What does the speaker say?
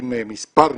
עם מספר נוסעים,